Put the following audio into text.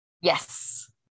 Yes